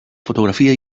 fotografia